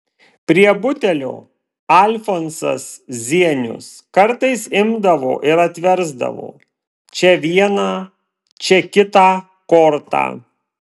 prie butelio alfonsas zienius kartais imdavo ir atversdavo čia vieną čia kitą kortą